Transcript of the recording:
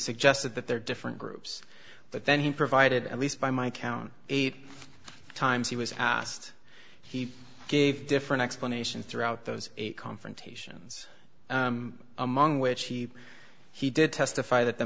suggested that there are different groups but then he provided at least by my count eight times he was asked he gave different explanations throughout those eight confrontations among which he he did testify that the